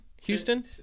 Houston